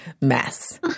mess